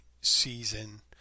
season